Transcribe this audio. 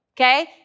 okay